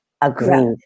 Agreed